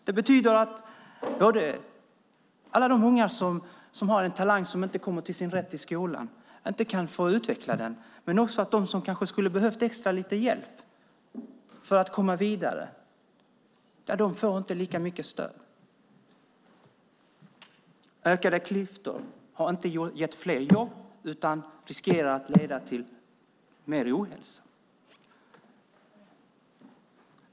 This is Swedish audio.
Det betyder att alla de ungar som har en talang som inte kommer till sin rätt i skolan inte kan få utveckla den men också att de som skulle ha behövt lite extra hjälp för att komma vidare inte får lika mycket stöd. Ökade klyftor har inte gett fler jobb utan riskerar att leda till mer ohälsa.